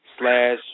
Slash